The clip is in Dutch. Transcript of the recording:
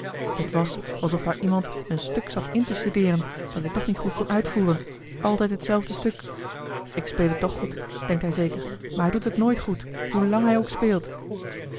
het was alsof daar iemand een stuk zat in te studeeren dat hij toch niet goed kon uitvoeren altijd hetzelfde stuk ik speel het toch goed denkt hij zeker maar hij doet het nooit goed hoe lang hij ook speelt